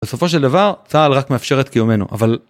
בסופו של דבר צה"ל רק מאפשרת קיומנו, אבל...